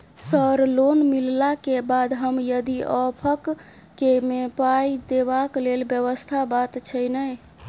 Sir loan मिलला केँ बाद हम यदि ऑफक केँ मे पाई देबाक लैल व्यवस्था बात छैय नै?